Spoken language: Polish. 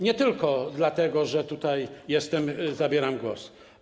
Nie tylko dlatego, że tutaj jestem, zabieram głos.